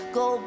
go